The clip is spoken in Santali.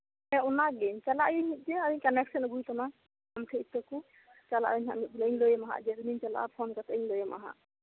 ᱦᱮᱸ ᱚᱱᱟᱜᱮ ᱪᱟᱞᱟᱜ ᱟᱹᱧ ᱢᱤᱜᱫᱤᱱ ᱟᱨᱮᱧ ᱠᱟᱱᱮᱠᱥᱮᱱ ᱟᱜᱩᱭ ᱛᱟᱢᱟ ᱟᱢ ᱴᱷᱮᱡ ᱤᱛᱟᱹ ᱠᱚ ᱪᱟᱞᱟᱜ ᱟᱹᱧ ᱦᱟᱸᱜ ᱢᱤᱜᱫᱤᱱ ᱤᱧ ᱞᱟᱹᱭ ᱟᱢᱟ ᱦᱟᱸᱜ ᱡᱮᱫᱤᱱ ᱤᱧ ᱪᱟᱞᱟᱜᱼᱟ ᱯᱷᱳᱱ ᱠᱟᱛᱮᱫ ᱤᱧ ᱞᱟᱹᱭ ᱟᱢᱟ ᱦᱟᱸᱜ